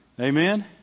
Amen